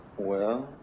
well,